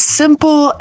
simple